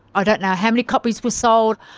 ah don't and how many copies were sold,